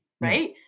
right